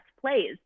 plays